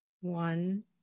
one